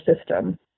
system